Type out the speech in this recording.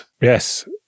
Yes